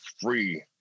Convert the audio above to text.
free